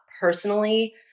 personally